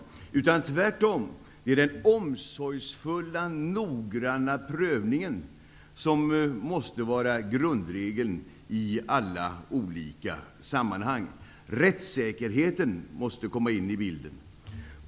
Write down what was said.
Det är tvärtom den omsorgsfulla, noggranna prövningen som måste vara grundregeln i alla sammanhang. Rättssäkerheten måste komma in i bilden.